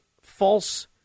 false